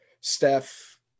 steph